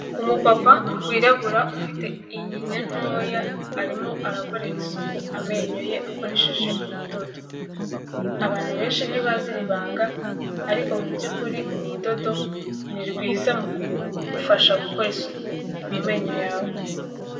Umupapa wirabura ufite inyinya ntoya arimo arakorera isuku amenyo ye akoresheje urudodo, abantu benshi ntibazi iri banga, ariko mu by'ukuri uru rudodo ni rwiza mu kugufasha gukora isuku mu menyo yawe.